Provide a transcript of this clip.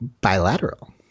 bilateral